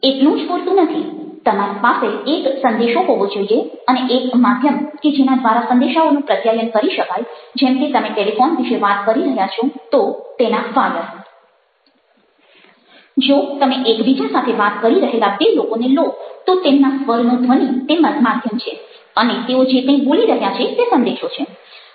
આટલું જ પૂરતું નથી તમારી પાસે એક સંદેશો હોવો જોઈએ અને એક માધ્યમ કે જેના દ્વારા સંદેશાઓનું પ્રત્યાયન કરી શકાય જેમ કે તમે ટેલિફોન વિશે વાત કરી રહ્યા છો તો તેના વાયર જો તમે એકબીજા સાથે વાત કરી રહેલા બે લોકોને લો તો તેમના સ્વરનો ધ્વનિ તે માધ્યમ છે અને તેઓ જે કંઈ બોલી રહ્યા છે તે સંદેશો છે